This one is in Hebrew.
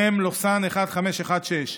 מ/1516,